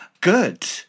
good